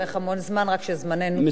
וזה באמת יכול להתארך הרבה זמן, רק שזמננו תם.